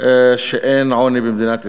שאין עוני במדינת ישראל.